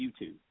YouTube